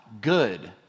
good